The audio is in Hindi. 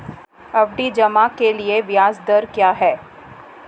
आवर्ती जमा के लिए ब्याज दर क्या है?